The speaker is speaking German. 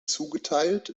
zugeteilt